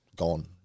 Gone